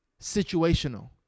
situational